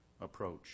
approach